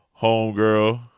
homegirl